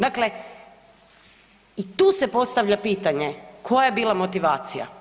Dakle, i tu se postavlja pitanje, koja je bila motivacija?